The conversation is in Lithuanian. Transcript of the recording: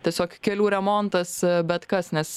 tiesiog kelių remontas bet kas nes